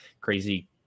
crazy